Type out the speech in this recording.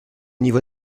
niveau